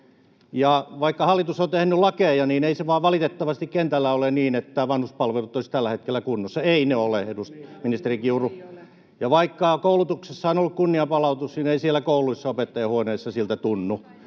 Vaikka hallitus on tehnyt lakeja, niin ei se vaan valitettavasti kentällä ole niin, että vanhuspalvelut olisivat tällä hetkellä kunnossa. Eivät ne ole, ministeri Kiuru. Ja vaikka koulutuksessa on ollut kunnianpalautus, niin ei siellä kouluissa opettajanhuoneessa siltä tunnu.